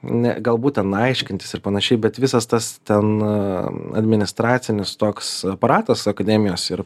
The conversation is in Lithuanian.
ne galbūt ten aiškintis ir panašiai bet visas tas ten administracinis toks aparatas akademijos ir